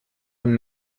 und